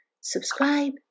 subscribe